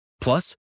Plus